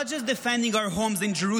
not just defending our homes in Jerusalem